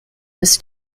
this